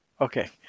Okay